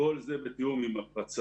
וכל זה בתיאום עם הפצ"ר,